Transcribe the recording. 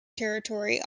territory